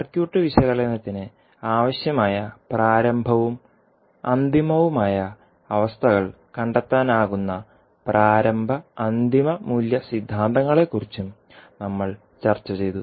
circuit വിശകലനത്തിന് ആവശ്യമായ പ്രാരംഭവും അന്തിമവുമായ അവസ്ഥകൾ കണ്ടെത്താനാകുന്ന പ്രാരംഭ അന്തിമ മൂല്യ സിദ്ധാന്തങ്ങളെക്കുറിച്ചും നമ്മൾ ചർച്ച ചെയ്തു